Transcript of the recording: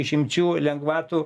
išimčių lengvatų